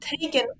taken